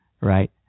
Right